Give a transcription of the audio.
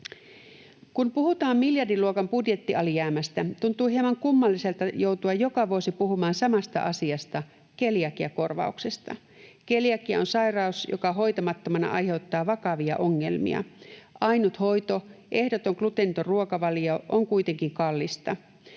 Kun puhutaan miljardiluokan budjettialijäämästä, tuntuu hieman kummalliselta joutua joka vuosi puhumaan samasta asiasta: keliakiakorvauksesta. Keliakia on sairaus, joka hoitamattomana aiheuttaa vakavia ongelmia. Ainut hoito, ehdoton gluteeniton ruokavalio, on kuitenkin kallista.